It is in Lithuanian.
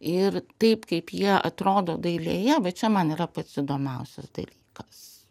ir taip kaip jie atrodo dailėje va čia man yra pats įdomiausias dalykas